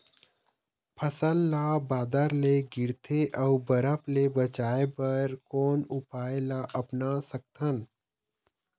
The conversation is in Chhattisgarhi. फसल ला बादर ले गिरथे ओ बरफ ले बचाए बर कोन उपाय ला अपना सकथन?